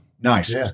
Nice